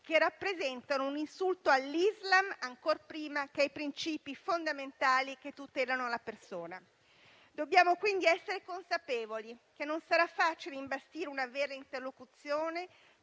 che rappresentano un insulto all'Islam ancor prima che ai principi fondamentali che tutelano la persona. Dobbiamo, quindi, essere consapevoli che non sarà facile imbastire una vera interlocuzione